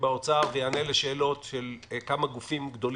במשרד האוצר ויענה לשאלות של כמה גופים גדולים,